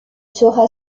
sera